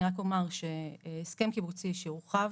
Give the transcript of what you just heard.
אני רק אומר שהסכם קיבוצי שהורחב